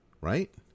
Right